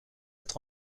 être